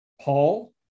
Paul